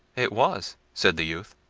it was, said the youth.